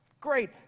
Great